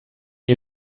you